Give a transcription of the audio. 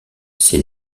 ces